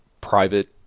private